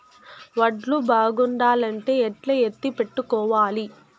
వడ్లు బాగుండాలంటే ఎట్లా ఎత్తిపెట్టుకోవాలి?